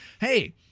hey